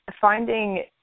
finding